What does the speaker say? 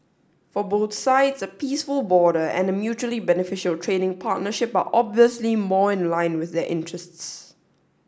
for both sides a peaceful border and a mutually beneficial trading partnership are obviously more in line with their interests